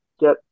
get